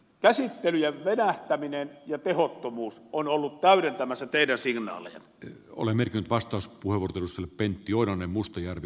käsittelyjen venähtäminen ja tehottomuus on ollut täydentämässä teidän signaaleja ole mikään vastaus puhuttelussa bent juoda ne mustajärvi